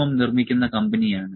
M നിർമ്മിക്കുന്ന കമ്പനി ആണ്